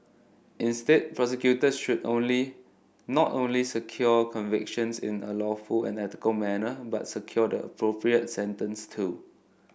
instead prosecutors should only not only secure convictions in a lawful and ethical manner but secure the appropriate sentence too